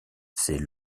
c’est